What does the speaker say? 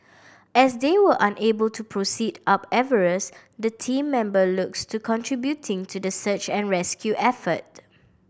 as they were unable to proceed up Everest the team member looks to contributing to the search and rescue effort